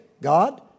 God